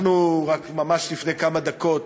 ממש לפני כמה דקות